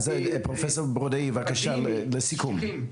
פרופסור ברודאי, בבקשה לסיכום.